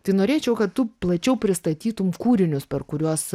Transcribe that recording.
tai norėčiau kad tu plačiau pristatytum kūrinius per kuriuos